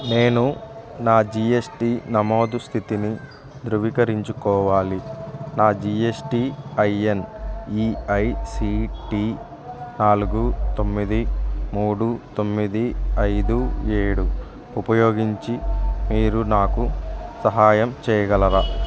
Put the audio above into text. నేను నా జిఎస్టి నమోదు స్థితిని ధృవీకరించుకోవాలి నా జిఎస్టి ఐఎన్ ఇఐసిటి నాలుగు తొమ్మిది మూడు తొమ్మిది ఐదు ఏడు ఉపయోగించి మీరు నాకు సహాయం చేయగలరా